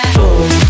Boom